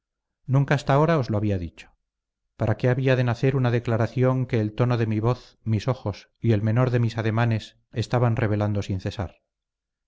nunca hasta ahora os lo había dicho para qué había de hacer una declaración que el tono de mi voz mis ojos y el menor de mis ademanes estaban revelando sin cesar